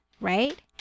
right